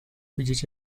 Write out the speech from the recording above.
widzieć